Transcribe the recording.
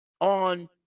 on